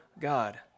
God